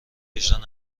اجرا